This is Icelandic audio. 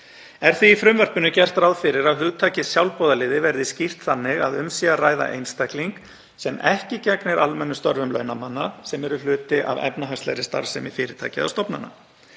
Er því í frumvarpinu gert ráð fyrir að hugtakið sjálfboðaliði verði skýrt þannig að um sé að ræða einstakling sem ekki gegnir almennum störfum launamanna sem eru hluti af efnahagslegri starfsemi fyrirtækja eða stofnana.